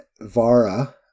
Vara